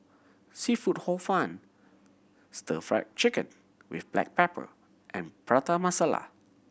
seafood Hor Fun Stir Fried Chicken with black pepper and Prata Masala